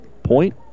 point